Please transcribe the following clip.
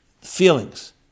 feelings